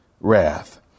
Wrath